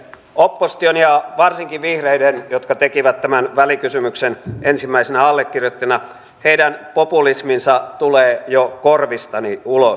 opposition ja varsinkin vihreiden jotka tekivät tämän välikysymyksen ensimmäisinä allekirjoittajina populismi tulee jo korvistani ulos